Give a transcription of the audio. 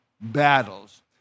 battles